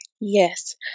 yes